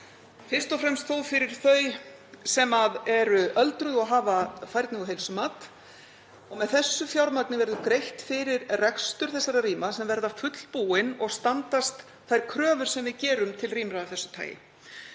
fyrst og fremst þó fyrir þau sem eru öldruð og hafa færni- og heilsumat. Með þessu fjármagni verður greitt fyrir rekstur þessara rýma sem verða fullbúin og standast þær kröfur sem við gerum til rýma af þessu tagi.